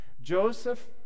Joseph